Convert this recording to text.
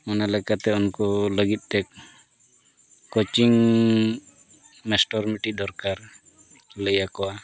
ᱚᱱᱟ ᱞᱮᱠᱟᱛᱮ ᱩᱱᱠᱩ ᱞᱟᱹᱜᱤᱫ ᱛᱮ ᱠᱳᱪᱤᱝ ᱢᱟᱥᱴᱟᱨ ᱢᱤᱫᱴᱤᱡ ᱫᱚᱨᱠᱟᱨ ᱞᱟᱹᱭ ᱠᱚᱣᱟ